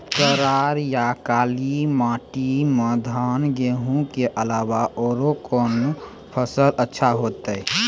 करार या काली माटी म धान, गेहूँ के अलावा औरो कोन फसल अचछा होतै?